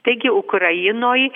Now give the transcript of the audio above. taigi ukrainoj